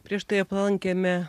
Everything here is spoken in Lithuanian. prieš tai aplankėme